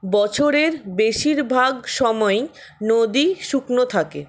বছরের বেশিরভাগ সময়ই নদী শুকনো থাকে